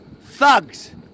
thugs